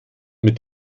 mit